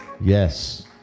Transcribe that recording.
Yes